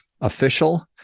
official